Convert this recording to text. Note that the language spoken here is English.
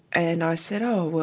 and i said, oh,